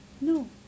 No